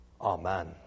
Amen